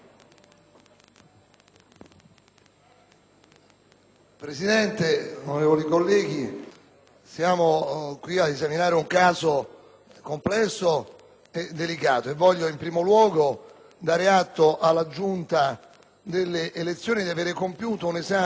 Presidente, onorevoli colleghi, siamo qui ad esaminare un caso complesso e delicato. Voglio in primo luogo dare atto alla Giunta delle elezioni di aver compiuto un esame